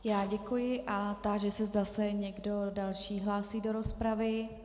Já děkuji a táži se, zda se někdo další hlásí do rozpravy.